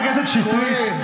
חברת הכנסת שטרית, די.